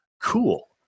cool